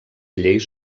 lleis